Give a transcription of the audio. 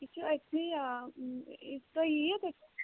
یہِ چھُ أتۍتھمے تُہۍ یِیو